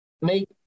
make